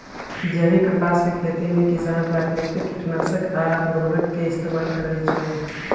जैविक कपास के खेती में किसान प्राकिरतिक किटनाशक आ उरवरक के इस्तेमाल करई छई